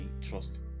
trust